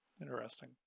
interesting